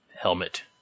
helmet